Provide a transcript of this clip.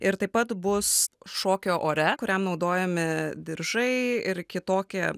ir taip pat bus šokio ore kuriam naudojami diržai ir kitokia